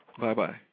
Bye-bye